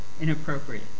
inappropriate